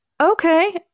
Okay